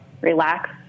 relax